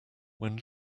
when